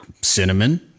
cinnamon